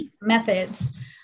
methods